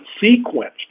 sequence